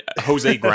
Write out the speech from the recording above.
Jose